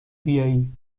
بیایی